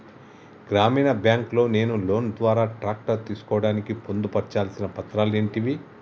గ్రామీణ బ్యాంక్ లో నేను లోన్ ద్వారా ట్రాక్టర్ తీసుకోవడానికి పొందు పర్చాల్సిన పత్రాలు ఏంటివి?